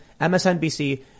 MSNBC